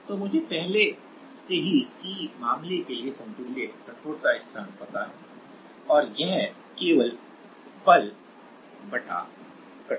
तो मुझे पहले से ही c मामले के लिए समतुल्य कठोरता स्थिरांक पता है और यह केवल बलकठोरता है